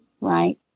right